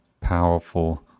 powerful